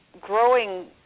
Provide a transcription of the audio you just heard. growing